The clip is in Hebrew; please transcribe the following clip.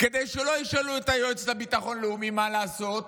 כדי שלא ישאלו את היועץ לביטחון לאומי מה לעשות?